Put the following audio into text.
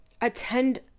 attend